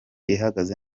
ihagaze